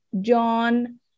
John